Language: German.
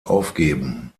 aufgeben